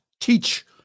teach